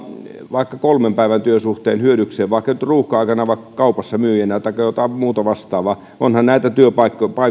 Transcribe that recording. vaikka kolmen päivän työsuhteen hyödykseen vaikka nyt ruuhka aikana kaupassa myyjänä taikka jotain muuta vastaavaa onhan työpaikoilla näitä